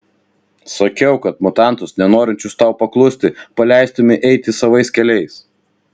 sakiau kad mutantus nenorinčius tau paklusti paleistumei eiti savais keliais